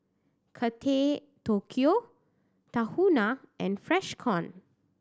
Kate Tokyo Tahuna and Freshkon